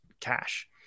cash